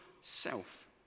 self